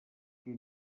qui